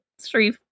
three